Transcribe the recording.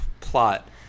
plot